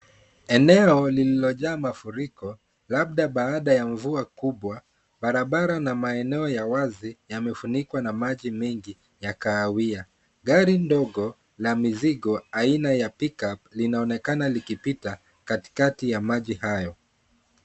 Eneo lililojaa mafuriko labda baada ya mvua kubwa. Barabara na maeneo ya wazi yamefunikwa na maji mengi ya kahawia. Gari ndogo la mizigo aina ya pick up linaoneka likipita katikati ya maji hayo.